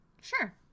Sure